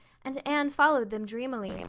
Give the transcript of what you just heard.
and anne followed them dreamily,